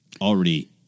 already